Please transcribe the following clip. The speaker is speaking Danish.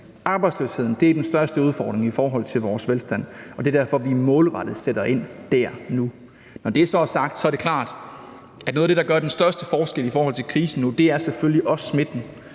Arbejdsløsheden er den største udfordring i forhold til vores velstand, og det er derfor, at vi sætter målrettet ind dér nu. Når det så er sagt, er det klart, at noget af det, der gør den største forskel i forhold til krisen nu, selvfølgelig også er smitten;